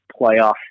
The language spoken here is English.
playoff